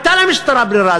למשטרה הייתה ברירה,